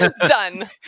done